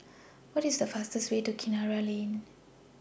What IS The fastest Way to Kinara Lane